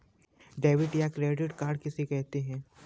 Debit या credit card किसे कहते हैं?